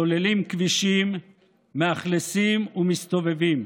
סוללים כבישים, מאכלסים ומסתובבים.